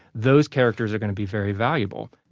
those characters are going to be very valuable.